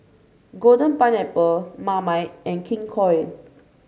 Golden Pineapple Marmite and King Koil